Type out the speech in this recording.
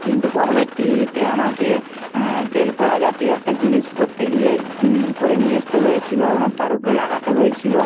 কিন্তু পরবর্তীতে আমাকে তেল পড়া জাতীয় একটা জিনিস করতে গিয়ে করে নিয়ে আসতে হয়েছিল এবং তার উপরে লাগাতে হয়েছিল